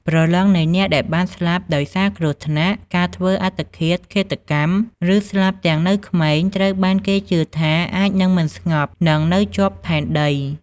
ព្រលឹងនៃអ្នកដែលបានស្លាប់ដោយសារគ្រោះថ្នាក់ ការធ្វើអត្តឃាត ឃាតកម្ម ឬស្លាប់ទាំងនៅក្មេង ត្រូវបានគេជឿថាអាចនឹងមិនស្ងប់ និងនៅជាប់ផែនដី។